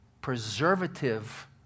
preservative